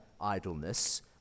idleness